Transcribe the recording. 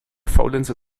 faulenzer